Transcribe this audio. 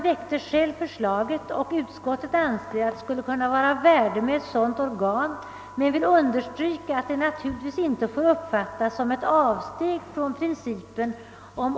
Vissa av MO:s nuvarande tillsynsuppgifter slopas.